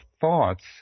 thoughts